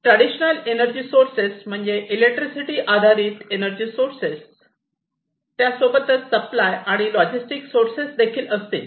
traditional energy sources म्हणजे electricity आधारित energy sources त्यासोबतच सप्लाय आणि लॉजिस्टिक सोर्सेस देखील असतील